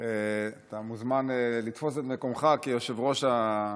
אתה מוזמן לתפוס את מקומך כיושב-ראש.